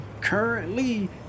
currently